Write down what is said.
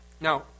Now